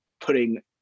putting